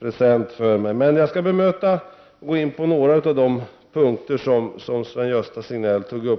present för mig. Men jag skall bemöta och gå in på några av de punkter som Sven-Gösta Signell tog upp.